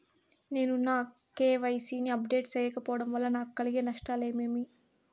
నేను నా కె.వై.సి ని అప్డేట్ సేయకపోవడం వల్ల నాకు కలిగే నష్టాలు ఏమేమీ?